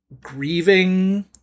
grieving